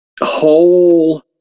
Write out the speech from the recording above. whole